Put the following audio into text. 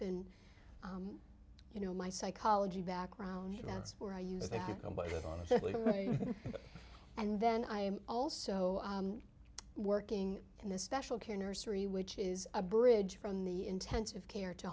been you know my psychology background that's where i use them and then i am also working in the special care nursery which is a bridge from the intensive care to